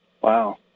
Wow